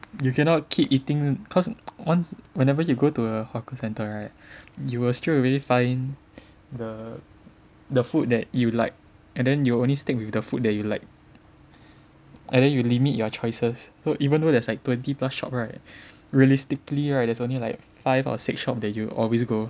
you cannot keep eating cause once whenever you go to a hawker centre right you will straight away find the the food that you like and then you will only stick with the food that you like and then you limit your choices so even though there's like twenty plus shop right realistically right there's only like five or six shop that you always go